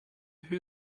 who